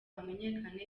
hamenyekane